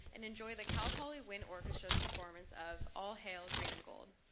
and enjoy the cal poly wind orchestra's performance of all hail green and gold.